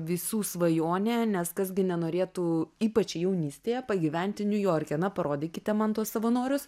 visų svajonė nes kas gi nenorėtų ypač jaunystėje pagyventi niujorke na parodykite man tuos savanorius